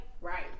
Right